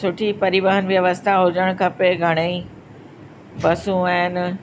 सुठी परिवहन व्यवस्था हुजणु खपे घणेई बसूं आहिनि